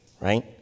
right